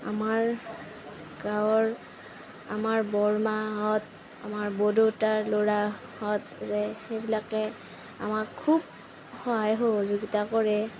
আমাৰ গাঁৱৰ আমাৰ বৰমাহঁত আমাৰ বৰদেউতাৰ ল'ৰাহঁত সেইবিলাকে আমাক খুব সহায় সহযোগিতা কৰে